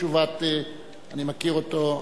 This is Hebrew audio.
אני מכיר אותו,